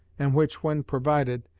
and which when provided,